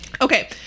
Okay